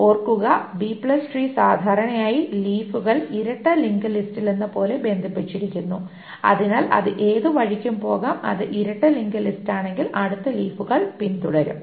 ഓർക്കുക B tree B tree സാധാരണയായി ലീഫുകൾ ഇരട്ട ലിങ്ക് ലിസ്റ്റിലെന്നപോലെ ബന്ധിപ്പിച്ചിരിക്കുന്നു അതിനാൽ അത് ഏത് വഴിക്കും പോകാം അത് ഇരട്ട ലിങ്ക് ലിസ്റ്റാണെങ്കിൽ അടുത്ത ലീഫുകൾ പിന്തുടരും